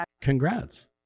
Congrats